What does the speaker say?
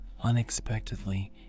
unexpectedly